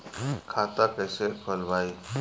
खाता कईसे खोलबाइ?